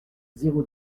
zéro